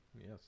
yes